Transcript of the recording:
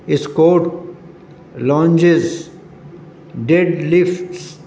squat lunges dead lifts